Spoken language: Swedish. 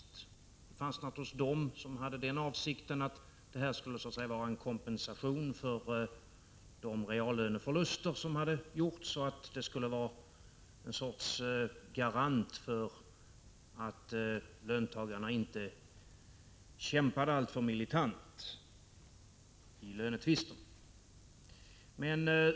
Det fanns naturligtvis de som hade avsikten att löntagarfonderna skulle vara en kompensation för de reallöneförluster som hade gjorts och att de skulle vara en sorts garant för att löntagarna inte kämpade alltför militant i lönetvister.